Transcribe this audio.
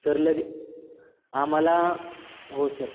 sir लगे आम्हाला हो सर